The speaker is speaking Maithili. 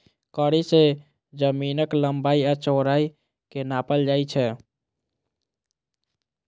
कड़ी सं जमीनक लंबाइ आ चौड़ाइ कें नापल जाइ छै